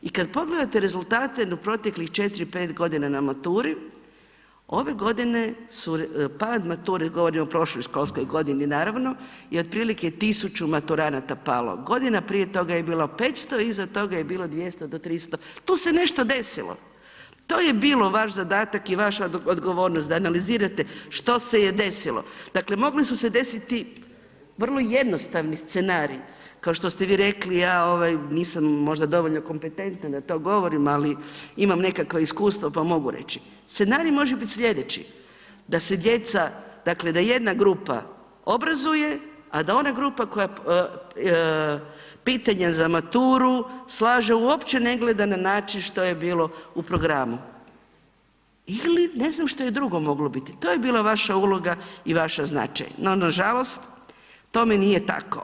I kad pogledate rezultate na proteklih 4-5.g. na maturi, ove godine su, pad mature, govorimo o prošloj školskoj godini naravno, je otprilike 1000 maturanata palo, godina prije toga je bila 500, iza toga je bilo 200 do 300, tu se nešto desilo, to je bilo vaš zadatak i vaša odgovornost da analizirate što se je desilo, dakle mogli su se desiti vrlo jednostavni scenariji, kao što ste vi rekli, ja ovaj nisam možda dovoljno kompetentna da to govorim, ali imam nekakva iskustva, pa mogu reći, scenarij može bit slijedeći, da se djeca, dakle da jedna grupa obrazuje, a da ona grupa koja pitanja za maturu slaže, uopće ne gleda na način što je bilo u programu ili ne znam šta je drugo moglo biti, to je bila vaša uloga i vaša značaj, no nažalost tome nije tako.